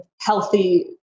healthy